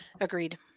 Agreed